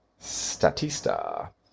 Statista